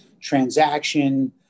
transaction